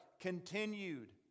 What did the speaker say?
continued